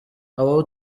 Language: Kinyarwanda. abo